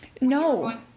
No